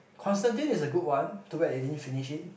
constantine is a good one too bad you didn't finish it